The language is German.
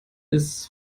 ist